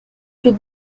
für